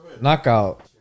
Knockout